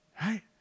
Right